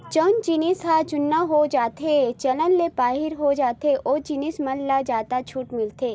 जउन जिनिस ह जुनहा हो जाथेए चलन ले बाहिर हो जाथे ओ जिनिस मन म जादा छूट मिलथे